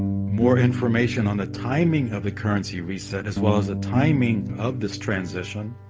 more information on the timing of the currency reset as well as the timing of this transition,